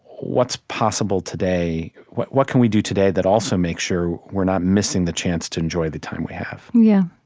what's possible today? what what can we do today that also makes sure we're not missing the chance to enjoy the time we have? yeah